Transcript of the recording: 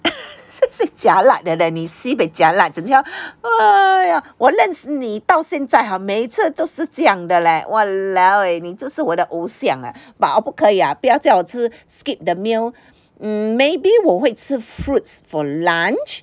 jialat 的 leh 你 sibei jialat 我认识你你到现在还每次都是这样的 !walao! eh 你真是我的偶像啊 but 我不可以啊不要叫我吃 skip the meal mm maybe 我会吃 fruits for lunch